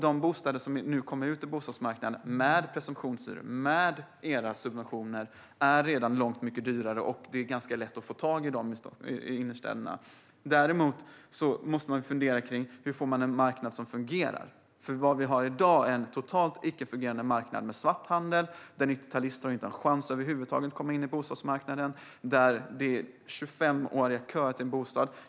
De bostäder som nu kommer ut på bostadsmarknaden med presumtionshyror och med era subventioner är redan långt mycket dyrare, och det är ganska lätt att få tag i dem i innerstäderna. Däremot måste man fundera på hur vi får en marknad som fungerar. Det vi har i dag är nämligen en totalt icke fungerande marknad med svarthandel, där 90-talister inte över huvud taget har en chans att komma in på bostadsmarknaden och där det är 25 års kö till en bostad.